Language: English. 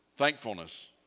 Thankfulness